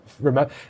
remember